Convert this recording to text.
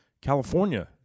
California